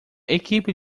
equipe